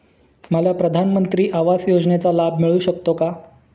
मला प्रधानमंत्री आवास योजनेचा लाभ मिळू शकतो का?